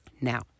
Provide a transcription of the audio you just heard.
Now